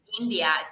India